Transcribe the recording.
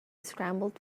scrambled